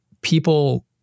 people